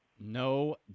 No